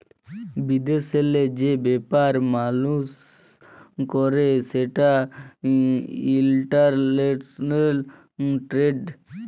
বিদেশেল্লে যে ব্যাপার মালুস ক্যরে সেটা ইলটারল্যাশলাল টেরেড